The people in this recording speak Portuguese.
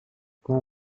com